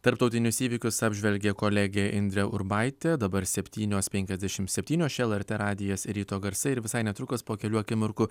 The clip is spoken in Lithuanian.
tarptautinius įvykius apžvelgė kolegė indrė urbaitė dabar septynios penkiasdešimt septynios čia lrt radijas ryto garsai ir visai netrukus po kelių akimirkų